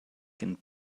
can